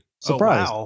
surprise